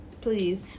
please